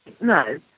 No